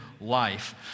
life